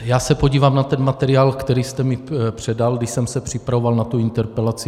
Já se podívám na ten materiál, který jste mi předal, když jsem se připravoval na tu interpelaci.